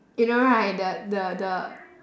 you know right the the the